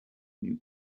new